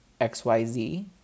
XYZ